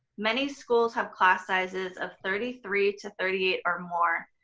many schools have class sizes of thirty three to thirty eight or more.